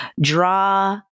draw